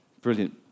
Brilliant